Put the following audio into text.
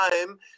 time